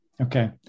Okay